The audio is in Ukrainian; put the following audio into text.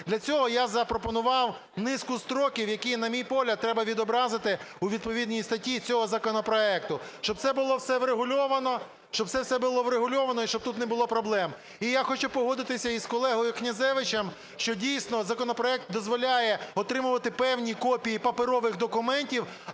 Для цього я запропонував низку строків, які, на мій погляд, треба відобразити у відповідній статті цього законопроекту, щоб це було все врегульовано, і щоб тут не було проблем. І я хочу погодитись з колегою Князевичем, що дійсно законопроект дозволяє отримати певні копії паперових документів,